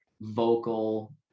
vocal